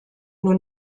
nur